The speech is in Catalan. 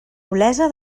olesa